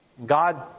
God